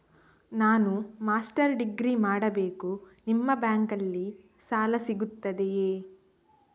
ನಾನು master degree ಮಾಡಬೇಕು, ನಿಮ್ಮ ಬ್ಯಾಂಕಲ್ಲಿ ಸಾಲ ಸಿಗುತ್ತದೆಯೇ?